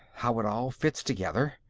how it all fits together.